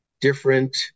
different